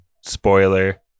spoiler